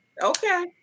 Okay